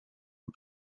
for